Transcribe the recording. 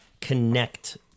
connect